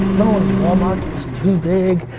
when when walmart was too big?